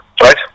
right